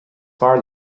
fearr